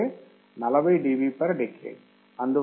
అంటే 40 dB per decade